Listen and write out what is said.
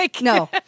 No